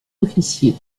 officiers